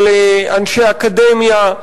של אנשי אקדמיה,